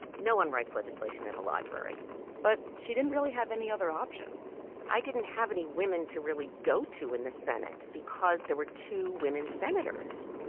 no one writes legislation in a library but she didn't really have any other options i didn't have any women to really go to in the senate because there were two women senators.